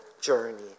journey